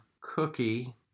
cookie